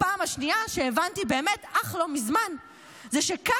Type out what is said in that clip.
בפעם השנייה הבנתי באמת אך לא מזמן שככה,